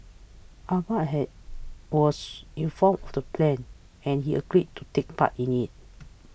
Ahmad was informed of the plan and he agreed to take part in it